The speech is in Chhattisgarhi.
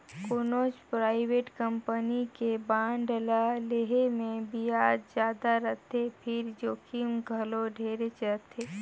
कोनो परइवेट कंपनी के बांड ल लेहे मे बियाज जादा रथे फिर जोखिम घलो ढेरेच रथे